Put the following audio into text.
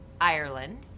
Ireland